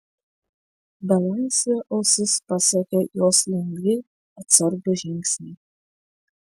belaisvio ausis pasiekė jos lengvi atsargūs žingsniai